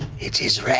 it is